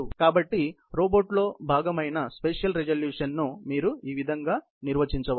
కాబట్టి రోబోట్ లో భాగమైన స్పెషియాల్ రిజల్యూషన్ ను మీరు ఈ విధంగా నిర్వచించవచ్చు